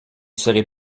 serez